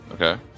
Okay